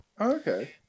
Okay